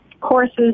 courses